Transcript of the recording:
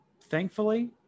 Thankfully